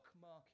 market